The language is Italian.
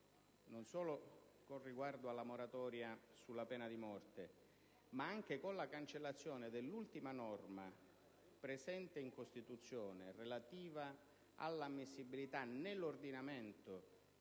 non solo con riguardo alla moratoria sulla pena di morte, ma anche con la cancellazione - qualche anno fa - dell'ultima norma presente in Costituzione, relativa all'ammissibilità nell'ordinamento